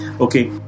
Okay